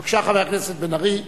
בבקשה, חבר הכנסת בן-ארי.